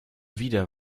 wieder